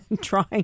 trying